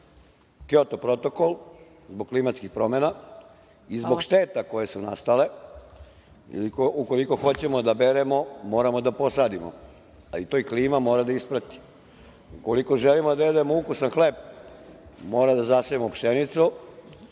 Kjoto protokol zbog klimatskih promena i zbog šteta koje su nastale. Ukoliko hoćemo da beremo, moramo da posadimo, ali to i klima mora da isprati. Ukoliko želimo da jedemo ukusan hleb, moramo da zasejemo pšenicu.